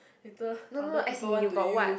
later other people want to use